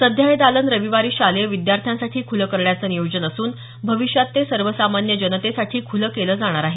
सध्या हे दालन रविवारी शालेय विद्यार्थ्यांसाठी खुलं करण्याचं नियोजन असून भविष्यात ते सर्वसामान्य जनतेसाठी खुलं केलं जाणार आहे